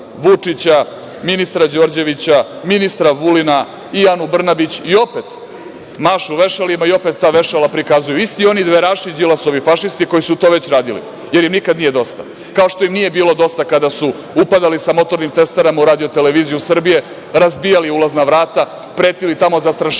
ministra Đorđevića, ministra Vulina i Anu Brnabić, i opet mašu vešalima i opet ta vešala prikazuju. Isti oni dveraši, Đilasovi fašisti koji su to već radili, jer im nikad nije dosta, kao što im nije bilo dosta kada su upadali sa motornim testerama u RTS, razbijali ulazna vrata, pretili tamo, zastrašivali